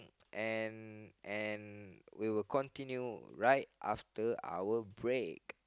and and we will continue right after our break